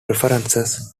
preferences